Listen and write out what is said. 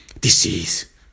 disease